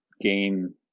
gain